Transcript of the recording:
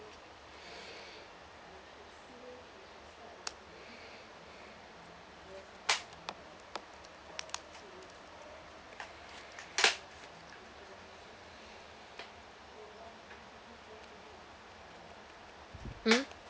mm